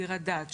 ביר הדאג',